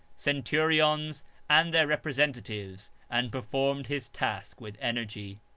cen turions and their representatives, and performed his task with energy.